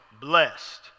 blessed